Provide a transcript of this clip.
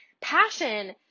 passion